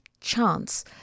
chance